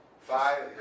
Five